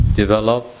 develop